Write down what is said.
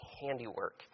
handiwork